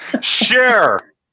share